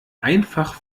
einfach